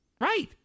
right